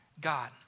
God